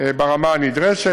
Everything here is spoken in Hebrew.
ברמה הנדרשת.